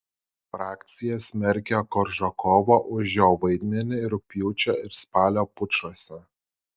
frakcija smerkia koržakovą už jo vaidmenį rugpjūčio ir spalio pučuose